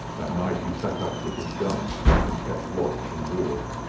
that night he sat up with his gun and kept watch and ward.